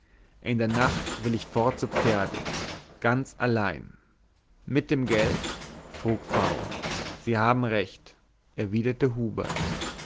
in der nacht will ich fort zu pferde ganz allein mit dem geld frug v sie haben recht erwiderte hubert